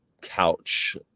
couch